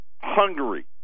Hungary